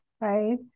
right